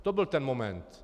A to byl ten moment.